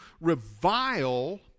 revile